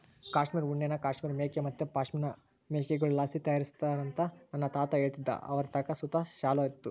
ಕಾಶ್ಮೀರ್ ಉಣ್ಣೆನ ಕಾಶ್ಮೀರ್ ಮೇಕೆ ಮತ್ತೆ ಪಶ್ಮಿನಾ ಮೇಕೆಗುಳ್ಳಾಸಿ ತಯಾರಿಸ್ತಾರಂತ ನನ್ನ ತಾತ ಹೇಳ್ತಿದ್ದ ಅವರತಾಕ ಸುತ ಶಾಲು ಇತ್ತು